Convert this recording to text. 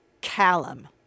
Callum